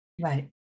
Right